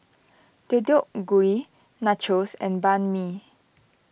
Deodeok Gui Nachos and Banh Mi